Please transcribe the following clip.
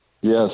Yes